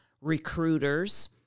recruiters